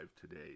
today